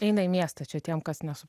eina į miestą čia tiem kas nesu